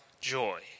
joy